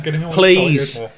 please